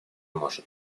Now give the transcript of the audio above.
может